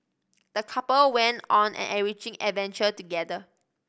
the couple went on an enriching adventure together